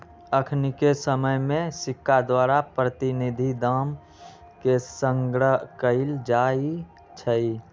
अखनिके समय में सिक्का द्वारा प्रतिनिधि दाम के संग्रह कएल जाइ छइ